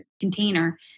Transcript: container